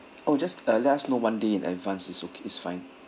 oh just uh let us know one day in advance is okay is fine